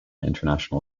international